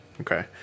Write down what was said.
okay